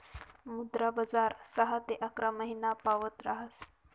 मुद्रा बजार सहा ते अकरा महिनापावत ऱहास